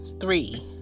Three